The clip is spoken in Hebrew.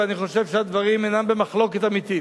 ואני חושב שהדברים אינם במחלוקת אמיתית,